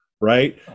right